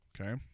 okay